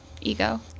ego